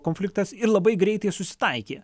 konfliktas ir labai greitai susitaikė